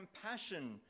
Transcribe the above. compassion